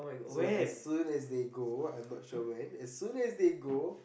so as soon as they go I'm not sure when as soon as they go